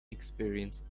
experience